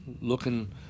looking